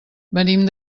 venim